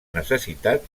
necessitat